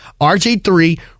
RG3